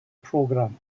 program